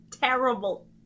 terrible